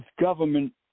government